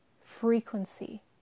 frequency